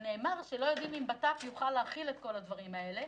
נאמר שלא יודעים אם בט"פ יוכל להכיל את כל הדברים האלה.